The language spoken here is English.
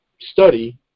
study